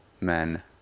men